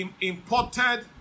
imported